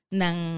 ng